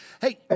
Hey